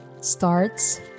starts